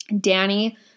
Danny